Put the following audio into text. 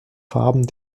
farben